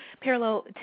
parallel